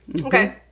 Okay